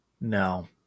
no